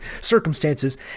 circumstances